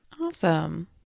Awesome